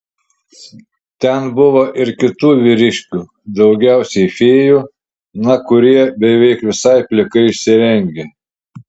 ten buvo ir kitų vyriškių daugiausiai fėjų kurie na beveik visai plikai išsirengė